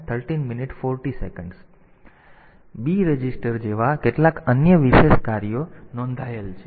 બી register જેવા કેટલાક અન્ય વિશેષ કાર્ય નોંધાયેલા છે